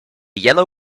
yellow